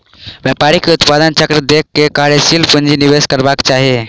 व्यापार के उत्पादन चक्र देख के कार्यशील पूंजी निवेश करबाक चाही